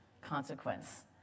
consequence